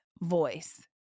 voice